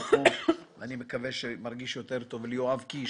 ליואב קיש,